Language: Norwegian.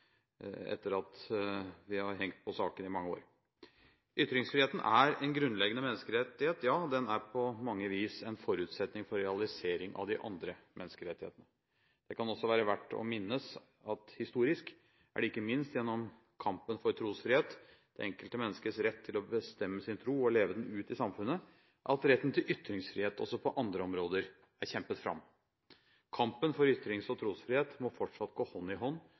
etter at vi har hengt på saken i mange år. Ytringsfriheten er en grunnleggende menneskerettighet, ja, den er på mange vis en forutsetning for realisering av de andre menneskerettighetene. Det kan også være verdt å minnes at historisk er det ikke minst gjennom kampen for trosfrihet, det enkelte menneskets rett til å bestemme sin tro og leve den ut i samfunnet, at retten til ytringsfrihet også på andre områder er kjempet fram. Kampen for ytrings- og trosfrihet må fortsatt gå hånd i hånd,